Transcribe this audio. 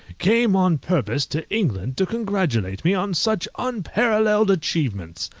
came on purpose to england to congratulate me on such unparalleled achievements.